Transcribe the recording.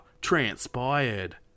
transpired